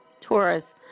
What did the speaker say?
Taurus